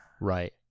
Right